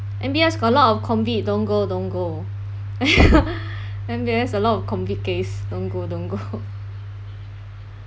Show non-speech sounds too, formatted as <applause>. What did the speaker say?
M_B_S got a lot of COVID don't go don't go <laughs> M_B_S a lot of COVID case don't go don't go